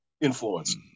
influence